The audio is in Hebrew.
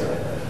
"כלכליסט".